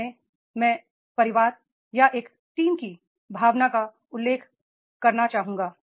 अंत में मैं परिवार या एक टीम team की भावना का उल्लेख करना चाहूंगा